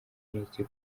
nkeke